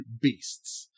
beasts